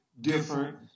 different